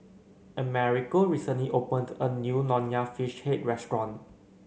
Americo recently opened a new Nonya Fish Head restaurant